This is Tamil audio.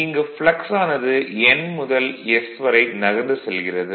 இங்கு ப்ளக்ஸ் ஆனது N முதல் S வரை நகர்ந்து செல்கிறது